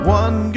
one